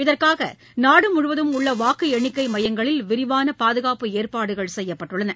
இதற்காகநாடுமுழுவதும் உள்ளவாக்குஎண்ணிக்கைமையங்களில் விரிவானபாதுகாப்பு ஏற்பாடுகள் செய்யப்பட்டுள்ளன